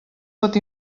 pot